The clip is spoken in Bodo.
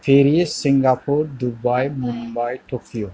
Paris Singapore Dubai Mumbai Tokyo